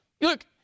Look